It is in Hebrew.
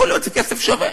יכול להיות, זה כסף שווה,